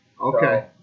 Okay